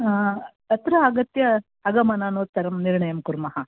अत्र आगत्य आमनानोतत्रं निर्णयं कुर्मः